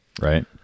right